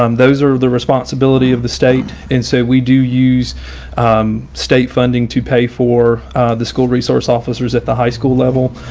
um those are the responsibility of the state. and so we do use state funding to pay for the school resource officers at the high school level